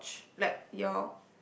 like you're